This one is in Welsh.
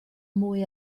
mwy